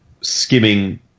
skimming